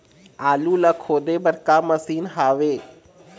आलू ला खोदे बर का मशीन हावे?